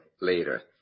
later